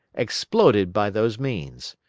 exploded by those means.